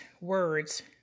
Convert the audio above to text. words